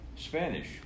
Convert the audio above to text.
Spanish